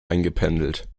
eingependelt